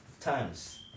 times